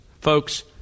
Folks